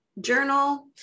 Journal